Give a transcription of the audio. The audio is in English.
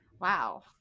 wow